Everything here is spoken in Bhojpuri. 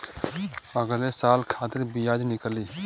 अगले साल खातिर बियाज निकली